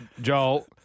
Joel